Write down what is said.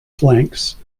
flanks